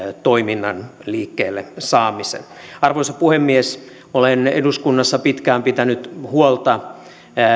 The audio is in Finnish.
toiminnan liikkeelle saamisen arvoisa puhemies olen eduskunnassa pitkään pitänyt huolta